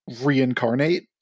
reincarnate